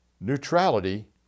Neutrality